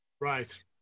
Right